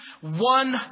One